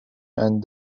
and